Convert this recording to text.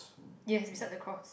yes you start the cross